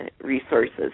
resources